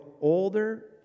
older